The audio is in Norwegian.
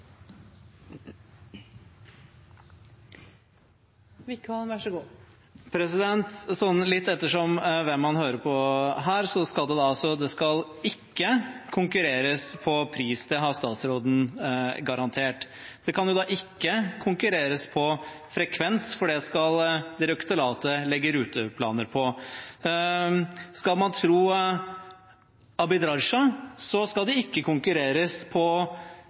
Wickholm har hatt ordet to ganger tidligere og får ordet til en kort merknad, begrenset til 1 minutt. Litt ettersom hvem man hører på her, skal det ikke konkurreres på pris, det har statsråden garantert. Det kan ikke konkurreres på frekvens, for det skal direktoratet legge ruteplaner for. Skal man tro Abid Raja, skal det ikke konkurreres på